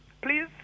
Please